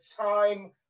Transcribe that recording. time